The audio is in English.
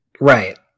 Right